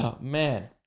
Man